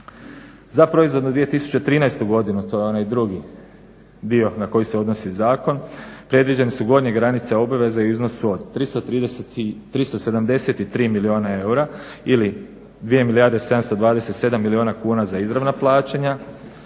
Za proizvodnu 2013. godinu, to je onaj drugi dio na koji se odnosi zakon, predviđene su gornje granice obaveze u iznosu od 373 milijuna eura ili 2 727 milijuna kuna za izravna plaćanja.